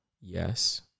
Yes